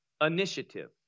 initiative